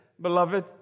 beloved